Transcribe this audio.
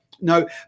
No